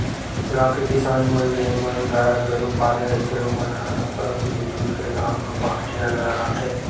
गाँव के किसान मन जेन मन गाय गरु पाले रहिथे ओमन ह सब मिलजुल के गाँव म पहाटिया ल लगाथे